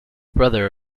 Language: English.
brother